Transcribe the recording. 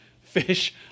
fish